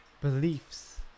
beliefs